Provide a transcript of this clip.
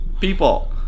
people